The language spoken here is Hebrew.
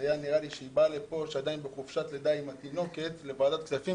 והיה נראה לי שהיא באה לוועדת כספים